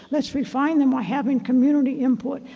let's refine them by having community input.